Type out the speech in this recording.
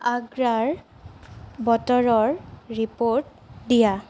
আগ্ৰাৰ বতৰৰ ৰিপ'ৰ্ট দিয়া